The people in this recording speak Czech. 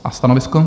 A stanovisko?